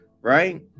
right